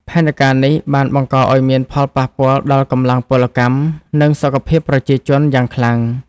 ផែនការនេះបានបង្កឱ្យមានការប៉ះពាល់ដល់កម្លាំងពលកម្ម និងសុខភាពប្រជាជនយ៉ាងខ្លាំង។